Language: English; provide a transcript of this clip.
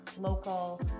local